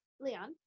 Leon